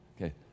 Okay